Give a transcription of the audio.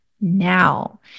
now